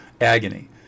agony